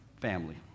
family